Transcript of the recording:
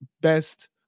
best